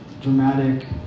dramatic